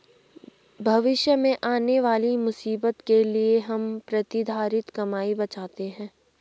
भविष्य में आने वाली मुसीबत के लिए हम प्रतिधरित कमाई बचाते हैं